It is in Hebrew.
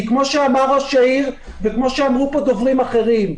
וכמו שאמר ראש העיר וכמו שאמרו פה דוברים אחרים: